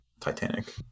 Titanic